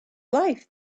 life